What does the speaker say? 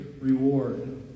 reward